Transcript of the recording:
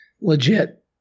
legit